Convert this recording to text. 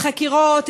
מוסטת מהחקירות,